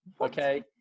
okay